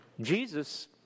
Jesus